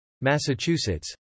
Massachusetts